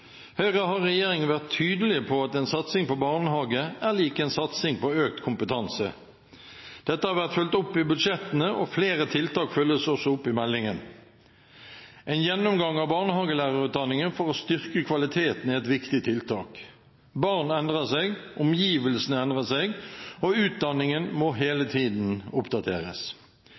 Høyre har i regjering vært tydelig på at en satsing på barnehage er lik en satsing på økt kompetanse. Dette har vært fulgt opp i budsjettene, og flere tiltak følges også opp i meldingen. En gjennomgang av barnehagelærerutdanningen for å styrke kvaliteten er et viktig tiltak. Barn endrer seg, omgivelsene endrer seg, og utdanningen må hele tiden oppdateres.